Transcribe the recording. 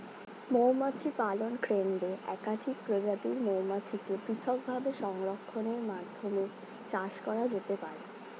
মৌমাছি পালন কেন্দ্রে একাধিক প্রজাতির মৌমাছিকে পৃথকভাবে সংরক্ষণের মাধ্যমে চাষ করা যেতে পারে